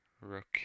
Rook